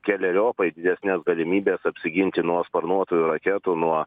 keleriopai didesnes galimybes apsiginti nuo sparnuotųjų raketų nuo